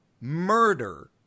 murder